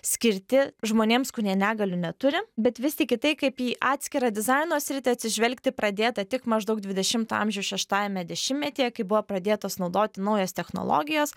skirti žmonėms kurie negalių neturi bet vis tik į tai kaip į atskirą dizaino sritį atsižvelgti pradėta tik maždaug dvidešimto amžiaus šeštajame dešimtmetyje kai buvo pradėtos naudoti naujos technologijos